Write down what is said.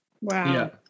Wow